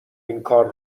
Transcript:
اینکار